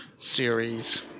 Series